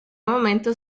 momento